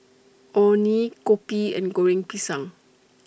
Orh Nee Kopi and Goreng Pisang